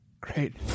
great